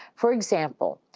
for example,